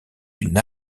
d’une